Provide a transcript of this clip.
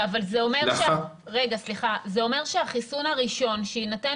אבל זה אומר שהחיסון הראשון שיינתן